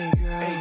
girl